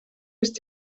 ist